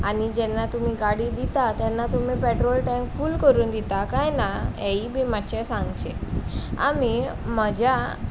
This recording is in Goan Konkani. आनी जेन्ना तुमी गाडी दिता तेन्ना तुमी पेट्रोल टँक फूल करून दिता काय ना हेंयी बीन मातशें सांगचें आमी म्हज्या